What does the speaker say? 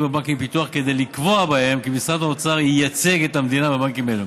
בבנקים לפיתוח כדי לקבוע בהם שמשרד האוצר ייצג את המדינה בבנקים אלה